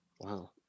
wow